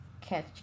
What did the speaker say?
catch